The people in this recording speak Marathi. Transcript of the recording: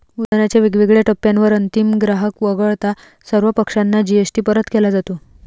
उत्पादनाच्या वेगवेगळ्या टप्प्यांवर अंतिम ग्राहक वगळता सर्व पक्षांना जी.एस.टी परत केला जातो